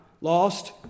lost